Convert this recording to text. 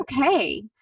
okay